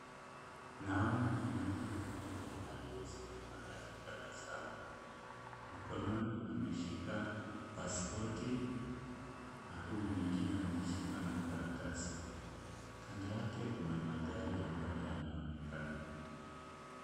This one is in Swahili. Naona mwanaume mmoja aliyesimama akitabasamu, mkononi ameshika paspoti na huu mwingine umeshika makaratasi, kando yake kuna magari ambayo yanaonekana.